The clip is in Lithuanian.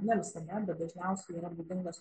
ne visada bet dažniausiai yra būdingas